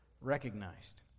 recognized